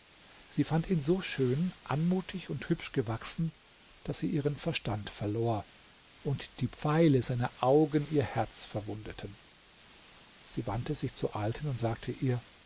sie fand ihn so schön anmutig und hübsch gewachsen daß sie ihren verstand verlor und die pfeile seiner augen ihr herz verwundeten sie wandte sich zur alten und sagte ihr